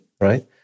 right